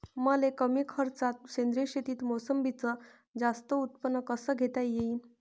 मले कमी खर्चात सेंद्रीय शेतीत मोसंबीचं जास्त उत्पन्न कस घेता येईन?